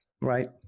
right